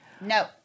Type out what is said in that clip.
No